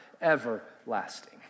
everlasting